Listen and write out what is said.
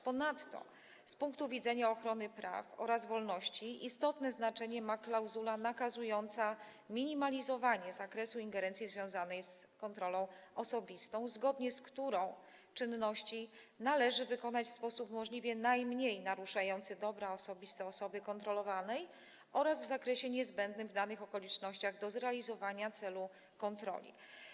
Ponadto z punktu widzenia ochrony praw oraz wolności istotne znaczenie ma klauzula nakazująca minimalizowanie zakresu ingerencji związanej z kontrolą osobistą, zgodnie z którą czynności należy wykonać w sposób możliwie najmniej naruszający dobra osobiste osoby kontrolowanej oraz w zakresie niezbędnym do zrealizowana celu kontroli w danych okolicznościach.